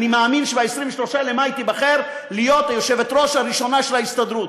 אני מאמין שב-23 במאי תיבחר להיות היושבת-ראש הראשונה של ההסתדרות,